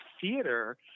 theater